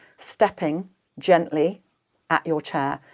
stepping gently at your chair.